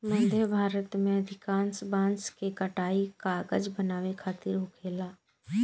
मध्य भारत में अधिकांश बांस के कटाई कागज बनावे खातिर होखेला